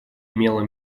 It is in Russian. имела